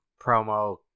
promo